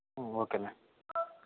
okay ma'am